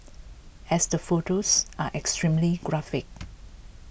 as the photos are extremely graphic